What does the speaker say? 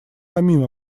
самим